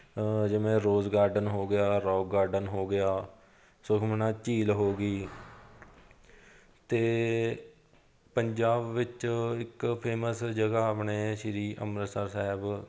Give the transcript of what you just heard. ਜਿਵੇਂ rose garden ਹੋ ਗਿਆ ਰੋਗ ਗਾਰਡਨ ਹੋ ਗਿਆ ਸੁਖਮਨਾ ਝੀਲ ਹੋ ਗਈ ਅਤੇ ਪੰਜਾਬ ਵਿੱਚ ਇੱਕ ਫੇਮਸ ਜਗ੍ਹਾ ਆਪਣੇ ਸ਼੍ਰੀ ਅੰਮ੍ਰਿਤਸਰ ਸਾਹਿਬ